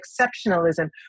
exceptionalism